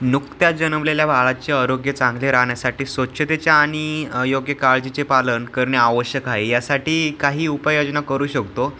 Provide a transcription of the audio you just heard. नुकत्या जन्मलेल्या बाळाचे आरोग्य चांगले राहण्यासाठी स्वच्छतेच्या आणि योग्य काळजीचे पालन करणे आवश्यक आहे यासाठी काही उपाययोजना करू शकतो